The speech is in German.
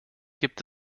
gibt